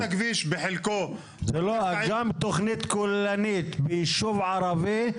גם תוכנית כוללנית ביישוב ערבי,